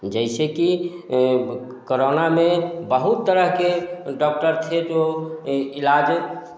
जैसे कि कोरोना में बहुत तरह के डॉक्टर थे जो इलाज़